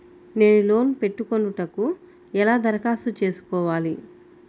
నేను లోన్ పెట్టుకొనుటకు ఎలా దరఖాస్తు చేసుకోవాలి?